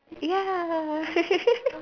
ya